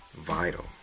vital